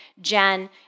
Jen